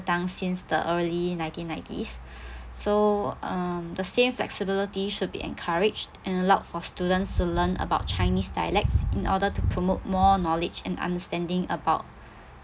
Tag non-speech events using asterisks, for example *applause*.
tongue since the early nineteen nineties *breath* so um the same flexibility should be encouraged and allowed for students to learn about chinese dialects in order to promote more knowledge and understanding about